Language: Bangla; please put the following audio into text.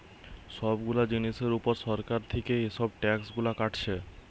সব গুলা জিনিসের উপর সরকার থিকে এসব ট্যাক্স গুলা কাটছে